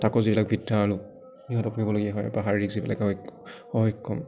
তাকো যিবিলাক বৃদ্ধা মানুহ সিহঁতক বহিব দিয়া হয় বা শাৰীৰিক যিবিলাকে অ সক্ষম